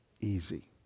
easy